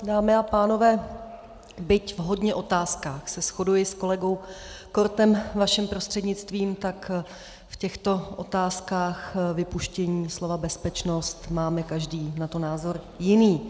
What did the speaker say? Dámy a pánové, byť v hodně otázkách se shoduji s kolegou Kortem, vaším prostřednictvím, tak v těchto otázkách vypuštění slova bezpečnost máme každý na to názor jiný.